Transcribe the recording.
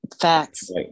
Facts